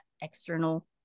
external